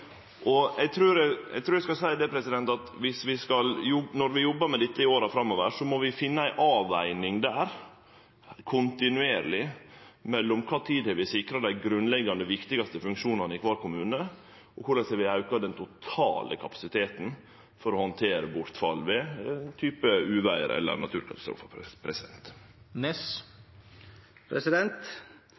Eg trur eg skal seie at når vi jobbar med dette i åra framover, må vi gjere ei kontinuerleg avveging av kva tid dei vil sikre dei grunnleggjande og viktigaste funksjonane i kvar kommune, og korleis dei vil auke den totale kapasiteten for å handtere bortfall ved f.eks. uvêr eller naturkatastrofar.